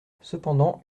cependant